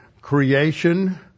Creation